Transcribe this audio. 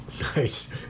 Nice